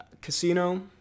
Casino